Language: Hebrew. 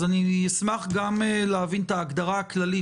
אני אשמח להבין את הגדרה הכללית,